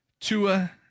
Tua